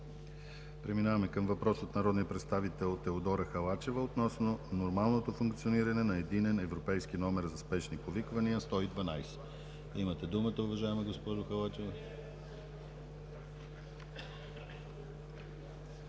Преминаваме към въпрос от народния представител Теодора Халачева относно нормалното функциониране на Единен европейски номер за спешни повиквания 112. Имате думата, уважаема госпожо Халачева.